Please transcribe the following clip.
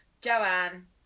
Joanne